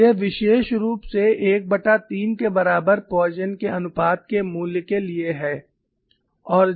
और यह विशेष रूप से 13 के बराबर पोइसन के अनुपात के मूल्य के लिए है